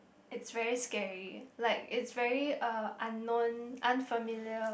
it's very scary like it's very unknown unfamiliar